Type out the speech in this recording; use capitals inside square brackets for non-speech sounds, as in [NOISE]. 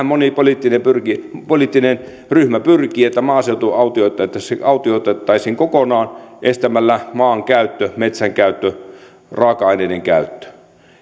[UNINTELLIGIBLE] moni poliittinen ryhmä pyrkii että maaseutu autioitettaisiin autioitettaisiin kokonaan estämällä maan käyttö metsän käyttö raaka aineiden käyttö